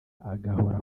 agahora